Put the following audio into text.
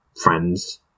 friends